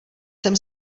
jsem